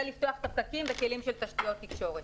זה לפתוח את הפקקים אעלה כלים של תשתיות תקשורת.